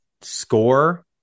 score